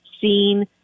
seen